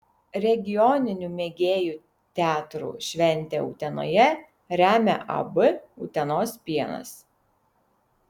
regioninių mėgėjų teatrų šventę utenoje remia ab utenos pienas